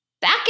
back